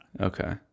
Okay